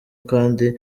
kandi